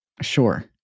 Sure